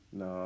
no